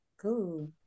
cool